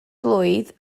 blwydd